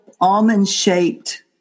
almond-shaped